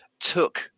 took